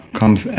comes